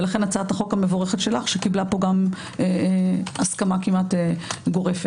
לכן הצעת החוק המבורכת שלך שקיבלה פה הסכמה כמעט גורפת.